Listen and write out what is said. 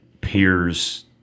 peers